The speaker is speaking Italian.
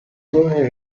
torre